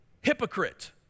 hypocrite